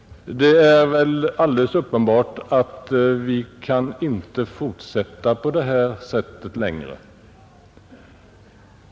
Det är väl alldeles uppenbart att vi inte kan fortsätta på detta sätt längre.